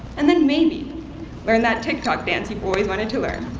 and then maybe learn that tiktok dance you've always wanted to learn.